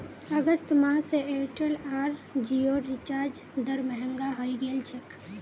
अगस्त माह स एयरटेल आर जिओर रिचार्ज दर महंगा हइ गेल छेक